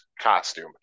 costume